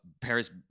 Paris